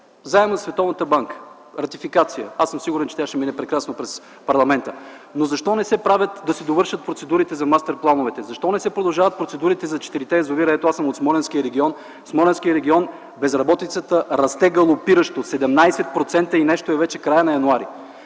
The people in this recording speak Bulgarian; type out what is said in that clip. заедно със Световната банка - ратификация, аз съм сигурен, че тя ще мине прекрасно през парламента. Но защо не се прави да се довършат процедурите за мастер-плановете? Защо не се продължават процедурите за четирите язовира? Аз съм от Смолянския регион, в него безработицата расте галопиращо – 17% и нещо е вече, в края на м.